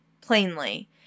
plainly